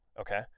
Okay